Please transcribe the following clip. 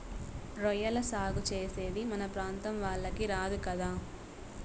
రొయ్యల సాగు చేసేది మన ప్రాంతం వాళ్లకి రాదు కదా